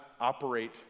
operate